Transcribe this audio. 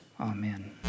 Amen